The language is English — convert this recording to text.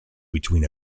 between